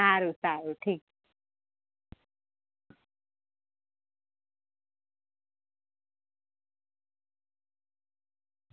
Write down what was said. સારું સારું ઠીક